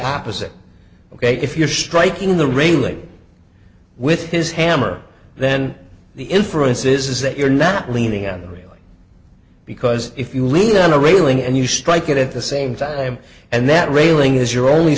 opposite ok if you're striking the railing with his hammer then the inference is that you're not leaning on the railing because if you lean on the railing and you strike it at the same time and that railing is your only